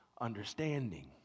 understanding